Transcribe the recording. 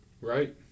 Right